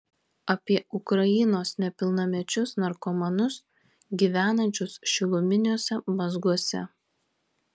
apie ukrainos nepilnamečius narkomanus gyvenančius šiluminiuose mazguose